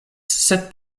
sed